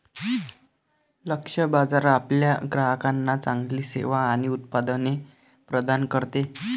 लक्ष्य बाजार आपल्या ग्राहकांना चांगली सेवा आणि उत्पादने प्रदान करते